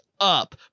up